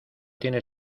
tiene